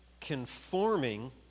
conforming